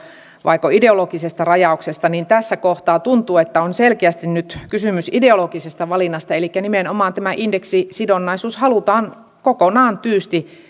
vaiko ideologisesta rajauksesta tässä kohtaa tuntuu että on selkeästi nyt kysymys ideologisesta valinnasta elikkä nimenomaan tämä indeksisidonnaisuus halutaan kokonaan tyystin